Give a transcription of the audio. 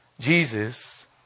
Jesus